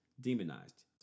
demonized